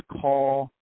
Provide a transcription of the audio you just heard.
call